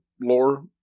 lore